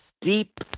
deep –